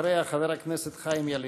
אחריה, חבר הכנסת חיים ילין.